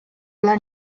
dla